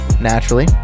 naturally